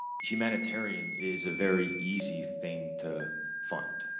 humanitarian is a very easy thing to fund.